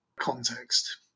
context